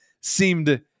seemed